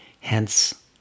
Hence